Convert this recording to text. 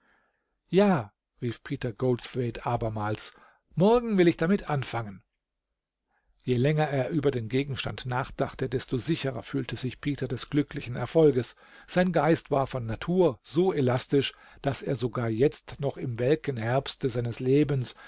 ja rief peter goldthwaite abermals morgen will ich damit anfangen je länger er über den gegenstand nachdachte desto sicherer fühlte sich peter des glücklichen erfolges sein geist war von natur so elastisch daß er sogar jetzt noch im welken herbste seines lebens